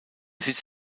sitz